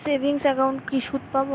Savings একাউন্টে কি সুদ পাব?